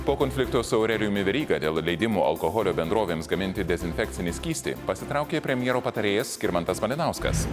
po konflikto su aurelijumi veryga dėl leidimo alkoholio bendrovėms gaminti dezinfekcinį skystį pasitraukė premjero patarėjas skirmantas malinauskas